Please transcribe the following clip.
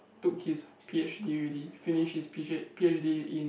took his P_H_D already finish his P_H P_H_D in